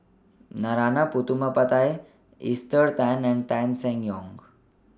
Narana Putumaippittan Esther Tan and Tan Seng Yong